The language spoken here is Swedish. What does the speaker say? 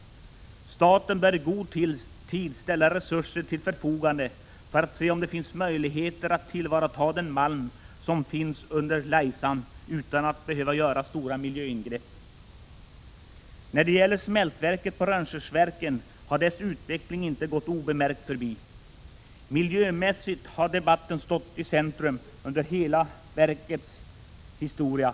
Staten bör i god tid ställa resurser till förfogande för att se om det finns möjligheter att ta till vara den malm som finns under Laisan utan att behöva göra stora miljöingrepp. När det gäller smältverket i Rönnskärsverken har dess utveckling inte gått obemärkt förbi. Miljömässigt har debatten stått i centrum under hela verkets historia.